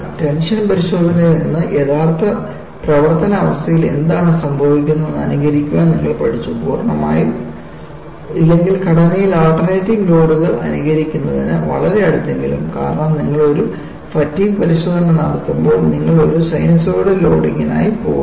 tension പരിശോധനയിൽ നിന്ന് യഥാർത്ഥ പ്രവർത്തന അവസ്ഥയിൽ എന്താണ് സംഭവിക്കുന്നതെന്ന് അനുകരിക്കാൻ നിങ്ങൾ പഠിച്ചു പൂർണ്ണമായും ഇല്ലെങ്കിൽ ഘടനയിൽ ആൾട്ടർനേറ്റിംഗ് ലോഡുകൾ അനുകരിക്കുന്നതിന് വളരെ അടുത്തെങ്കിലും കാരണം നിങ്ങൾ ഒരു ഫാറ്റിഗ് പരിശോധന നടത്തുമ്പോൾ നിങ്ങൾ ഒരു സിനുസോയ്ഡൽ ലോഡിംഗിനായി പോകുന്നു